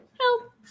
Help